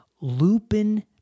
Lupin